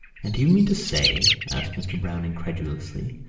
and do you mean to say, asked mr. browne incredulously,